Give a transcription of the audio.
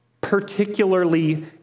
particularly